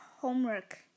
homework